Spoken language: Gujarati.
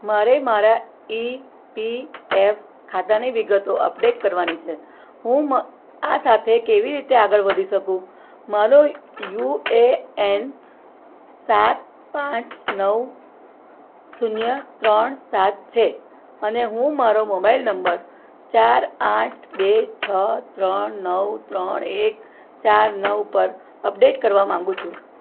મારે મારા ઇ પી એફ ખાતાની વિગતો અપડેટ કરવાની છે હું આ સાથે કેવી રીતે આગળ વધી શકું મારો યુ એ એન સાત પાંચ નવ શૂન્ય ત્રણ સાત છે અને હું મારો મોબાઈલ નંબર ચાર આઠ બે છ ત્રણ નવ ત્રણ એક ચાર નવ પર અપડેટ કરવા માગું છું